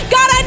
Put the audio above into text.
God